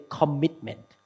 commitment